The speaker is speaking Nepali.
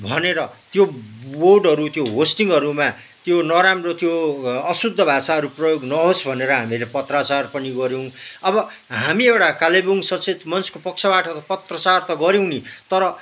भनेर त्यो बोर्डहरू त्यो होस्टिङहरूमा त्यो नराम्रो त्यो अशुद्ध भाषाहरू प्रयोग नहोस् भनेर हामीहरूले पत्रचार पनि गर्यौँ अब हामी एउटा कालेबुङ सचेत मञ्चको पक्षबाट पत्रचार त गर्यौँ नि तर